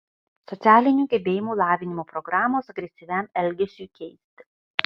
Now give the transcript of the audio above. socialinių gebėjimų lavinimo programos agresyviam elgesiui keisti